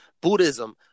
Buddhism